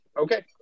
Okay